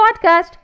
podcast